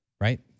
right